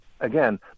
again